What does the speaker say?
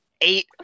eight